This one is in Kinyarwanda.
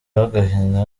y’agahinda